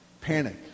panic